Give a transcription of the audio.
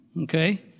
okay